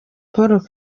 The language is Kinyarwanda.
paul